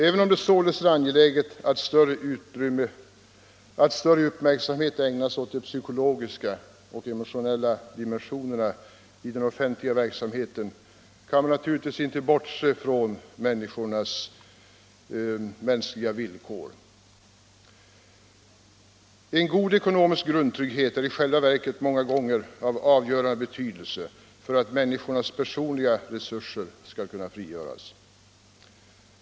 Även om det således är angeläget att större uppmärksamhet ägnas åt de psykologiska och emotionella dimensionerna i den offentliga verksamheten kan man naturligtvis inte bortse från människornas levnadsvillkor. En god ekonomisk grundtrygghet har i själva verket många gånger avgörande betydelse för att människornas personliga resurser skall kunna frigöras.